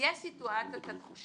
יש סיטואציות שהלקוח